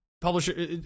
publisher